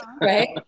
right